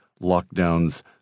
lockdowns